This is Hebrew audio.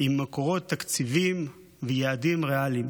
עם מקורות תקציביים ויעדים ריאליים.